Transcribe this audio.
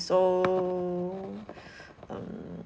so um